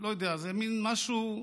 זה מין משהו,